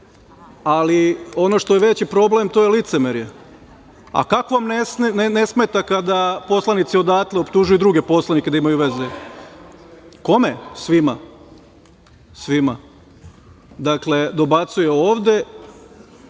što je veći problem, to je licemerje. Kako vam ne smeta kada poslanici odatle optužuju druge poslanike da imaju veze. Kome? Svima. Dobacuju ovde